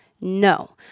No